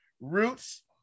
Roots